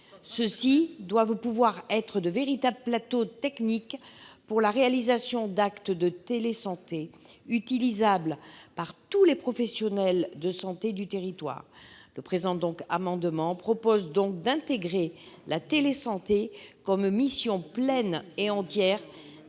Ceux-ci doivent pouvoir être de véritables plateaux techniques pour la réalisation d'actes de télésanté, utilisables par tous les professionnels de santé du territoire. Par cet amendement, il s'agit donc d'intégrer la télésanté comme mission pleine et entière